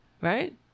Right